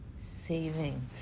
saving